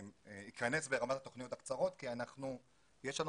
שייכנס ברמת התוכניות הקצרות כי יש לנו